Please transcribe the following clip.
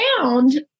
found